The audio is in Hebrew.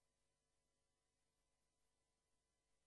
מאותו נאום שטנה בתוך אותו כינוס באיראן,